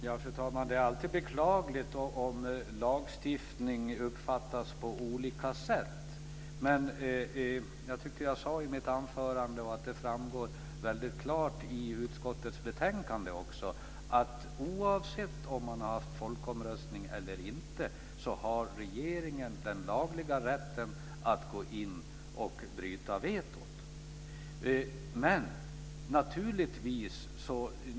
Fru talman! Det är alltid beklagligt om lagstiftning uppfattas på olika sätt. Jag tror att jag sade i mitt anförande, och det framgår väldigt klart i utskottets betänkande, att oavsett om man har haft folkomröstning eller inte har regeringen den lagliga rätten att gå in och bryta vetot.